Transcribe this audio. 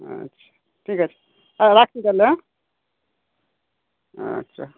আচ্ছা ঠিক আছে রাখছি তাহলে হ্যাঁ আচ্ছা